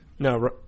No